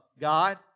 God